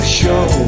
show